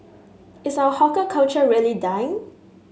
is our hawker culture really dying